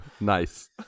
Nice